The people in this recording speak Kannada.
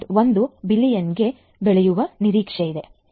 1 ಬಿಲಿಯನ್ಗೆ ಬೆಳೆಯುವ ನಿರೀಕ್ಷೆಯಿದೆ